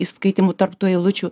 įskaitymų tarp tų eilučių